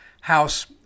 House